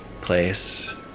place